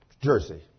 jersey